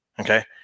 Okay